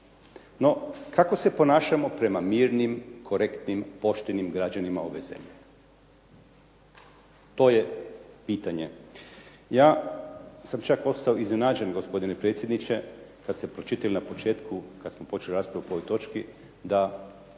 No, kako se ponašamo prema mirnim, korektnim, poštenim građanima ove zemlje. To je pitanje. Ja sam čak ostao iznenađen gospodine predsjedniče kad ste pročitali na početku kad smo počeli raspravu po ovoj točki da